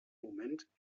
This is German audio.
moment